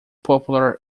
popular